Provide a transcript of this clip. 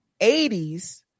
80s